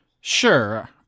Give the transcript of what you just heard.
Sure